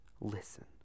Listen